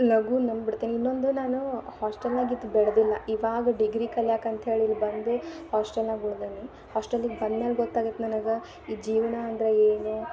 ಲಗೂನ ನಂಬಿಡ್ತೇನೆ ಇನ್ನೊಂದು ನಾನು ಹಾಸ್ಟೆಲ್ನಾಗ ಇದು ಬೆಳೆದಿಲ್ಲ ಇವಾಗ ಡಿಗ್ರಿ ಕಲ್ಯಾಕ್ಕೆ ಅಂತ ಹೇಳಿ ಇಲ್ಲಿ ಬಂದು ಹಾಸ್ಟೆಲ್ನಾಗ ಉಳ್ದೇನಿ ಹಾಸ್ಟೆಲಿಗೆ ಬಂದ್ಮೇಲೆ ಗೊತ್ತಾಗೈತೆ ನನಗೆ ಈ ಜೀವನ ಅಂದ್ರೆ ಏನು